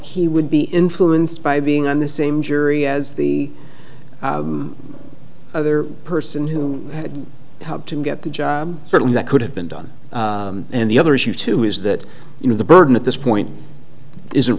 he would be influenced by being on the same jury as the other person who had helped him get the job certainly that could have been done and the other issue too is that you know the burden at this point is